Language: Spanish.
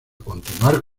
continuar